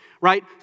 Right